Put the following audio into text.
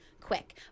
quick